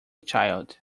child